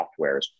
softwares